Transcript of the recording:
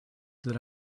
that